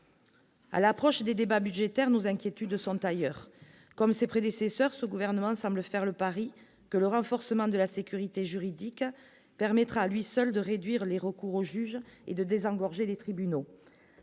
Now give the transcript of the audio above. à l'approche des débats budgétaires nous inquiétudes sont ailleurs, comme ses prédécesseurs ce gouvernement semble faire le pari que le renforcement de la sécurité juridique permettra à lui seul de réduire les recours au juge et de désengorger les tribunaux,